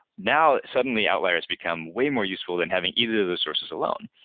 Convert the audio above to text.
now, suddenly outlier has become way more useful than having either of the sources alone.